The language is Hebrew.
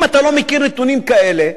אם אתה לא מכיר נתונים כאלה,